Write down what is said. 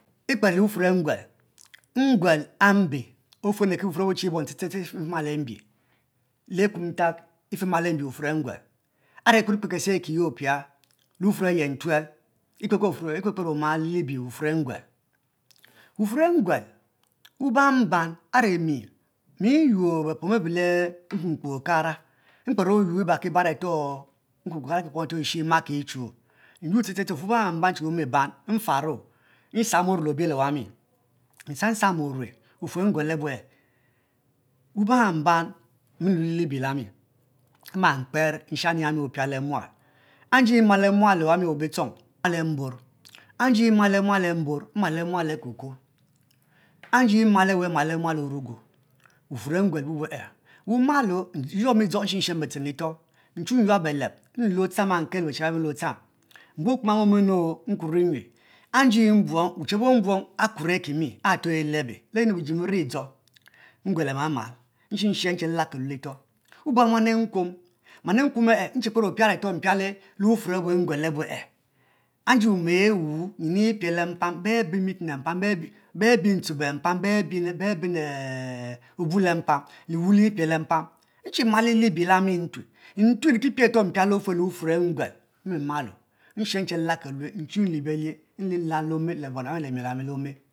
I kpero le wufuro nguel nguel mbe ofue be fie ki ma le mbie le ekumyak etima li bie wufuor engine are kpenkpen kese kiye opia le wufuor ayen tuel ekper kper oma bie wufuor enguel wufuor enguel wubang ban are mi nyuor bepom abe le mkpokpo okara mkpere oyuor buriki areto eshe make echu nyuor che wufuor wban mfuro nsam ome le obiel owami nsam sam ome bi nyuel anue wban ban lue libie ehami makpar lighani opia le mal anji mma le mual owami bitchong ma le lembor nji ma le mual mbon ma le mual owyu idzo mi dzo nshen shen bitchen litoh nchu nyab beleb ma kel abe chi abami le ocham nbuong okpoma emom nkur nyue anji mbuong wuchi abuobuong akur akimi areto elebe le nyi nu biji biri dzo nguel amamal nshe shen chen nche lilal kelue litoh wuban muan enkuom muam enkuom enchikper opia areto opiale le wufuor abu juen anue enfimom ewu nyin epie le mpam nyin e pie la mpam be ben meeting beben ntebe empam beben obuel epam liwu li pie le mpam nchi ma le libie emi entue n yue nnkpie are mpiale abue are wufuor enguel nshem nchi be lilal kelue nchi nlie bile nal le ome le miel ami le nuan abani le ome